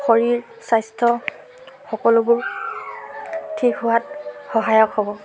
শৰীৰ স্বাস্থ্য সকলোবোৰ ঠিক হোৱাত সহায়ক হ'ব